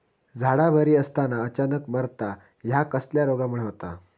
झाडा बरी असताना अचानक मरता हया कसल्या रोगामुळे होता?